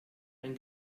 ein